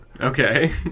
Okay